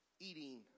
eating